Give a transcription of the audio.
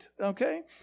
Okay